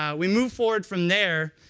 um we move forward from there.